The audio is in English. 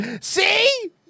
see